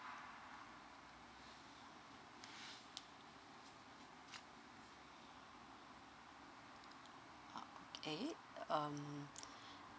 okay um